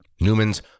Newman's